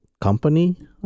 company